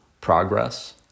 progress